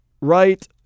right